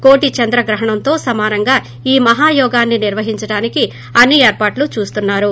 కోటి చంద్ర గ్రహణంలో సమానంగా ఈ మహాయోగాన్పి నిర్వహించడానికి అన్ని ఏర్పాట్లు చేస్తున్నారు